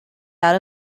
out